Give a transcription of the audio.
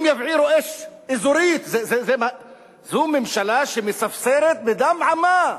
אם יבעירו אש אזורית, זו ממשלה שמספסרת בדם עמה.